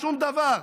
שום דבר.